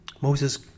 Moses